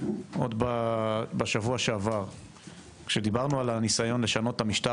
עוד בשבוע שעבר כשדיברנו על הניסיון לשנות את המשטר